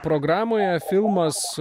programoj filmas